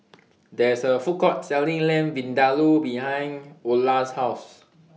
There IS A Food Court Selling Lamb Vindaloo behind Ola's House